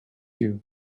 you